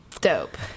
Dope